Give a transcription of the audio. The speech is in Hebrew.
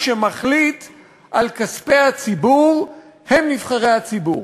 שמחליט על כספי הציבור הם נבחרי הציבור.